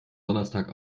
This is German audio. donnerstag